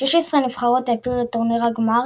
16 נבחרות העפילו לטורניר הגמר